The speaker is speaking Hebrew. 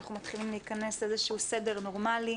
שאנחנו מתחילים להכנס לאיזה שהוא סדר נורמלי.